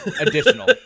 additional